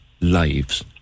lives